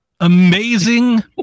amazing